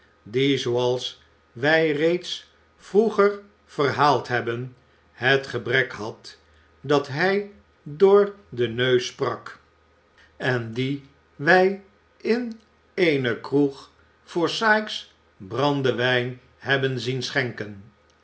die zooals wij reeds vroeger verhaald hebben het gebrek had dat hij door den neus sprak en dien wij in eene kroeg voor sikes brandewijn hebben zien schenken